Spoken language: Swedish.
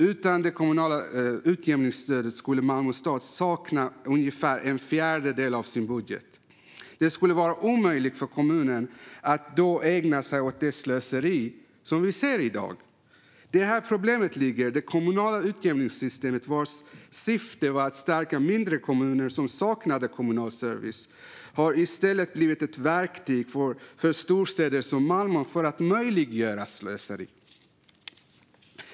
Utan det kommunala utjämningsstödet skulle Malmö stad sakna ungefär en fjärdedel av sin budget. Då skulle det vara omöjligt för kommunen att ägna sig åt det slöseri som vi ser i dag. Det är här problemet ligger. Det kommunala utjämningssystemet, vars syfte var att stärka mindre kommuner som saknade kommunal service, har i stället blivit ett verktyg för att möjliggöra slöseri för storstäder som Malmö.